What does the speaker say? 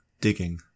digging